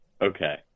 Okay